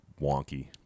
wonky